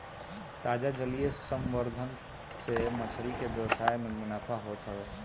ताजा जलीय संवर्धन से मछरी के व्यवसाय में मुनाफा होत हवे